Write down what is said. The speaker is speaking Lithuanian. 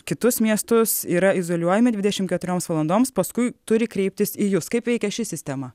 kitus miestus yra izoliuojami dvidešimt keturioms valandoms paskui turi kreiptis į jus kaip veikia ši sistema